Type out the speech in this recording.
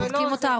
בודקים אותה,